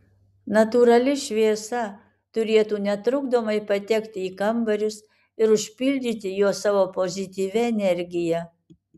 natūrali šviesa turėtų netrukdomai patekti į kambarius ir užpildyti juos savo pozityvia energija